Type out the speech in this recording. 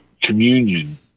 communion